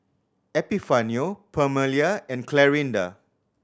Epifanio Permelia and Clarinda